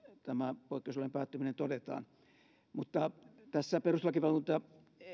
tämä poikkeusolojen päättyminen todetaan tässä perustuslakivaliokunta